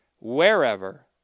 wherever